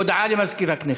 הודעה לסגן מזכירת הכנסת.